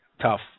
Tough